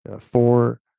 four